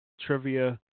trivia